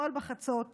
אתמול בחצות